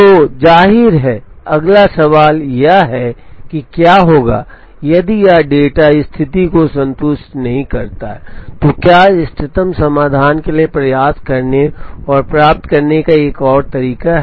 तो जाहिर है अगला सवाल यह है कि क्या होगा यदि यह डेटा स्थिति को संतुष्ट नहीं करता है तो क्या इष्टतम समाधान के लिए प्रयास करने और प्राप्त करने का एक और तरीका है